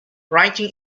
writing